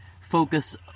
focus